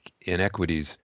inequities